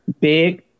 big